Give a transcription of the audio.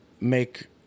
make